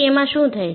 પછી એમાં શું થાય છે